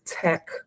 tech